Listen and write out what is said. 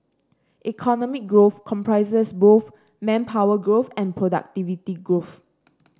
economic growth comprises both manpower growth and productivity growth